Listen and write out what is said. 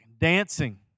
dancing